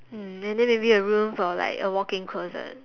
mm and then maybe a room for like a walk in closet